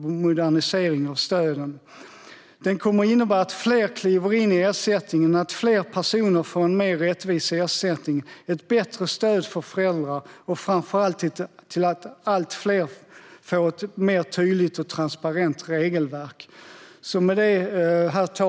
modernisering av stöden. Den kommer att innebära att fler kliver in i ersättningen och att fler personer får en mer rättvis ersättning, ett bättre stöd för föräldrar och framför allt att allt fler får ett mer tydligt och transparent regelverk. Herr talman!